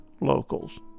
locals